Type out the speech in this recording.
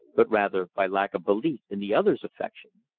but rather by lack of belief in the other's affection.